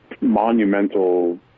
monumental